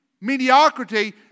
mediocrity